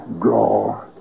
draw